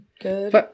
Good